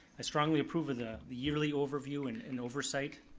i strongly approve of the the yearly overview and and oversight,